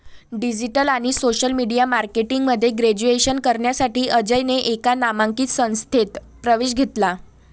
digital आणि social media marketing मध्ये graduation करण्यासाठी अजयने एका नामांकित संस्थेत प्रवेश घेतला